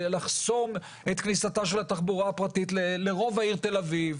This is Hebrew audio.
ולחסום את כניסתה של התחבורה הפרטית לרוב העיר תל אביב.